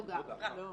לא גם.